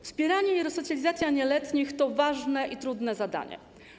Wspieranie i resocjalizacja nieletnich to ważne i trudne zadanie.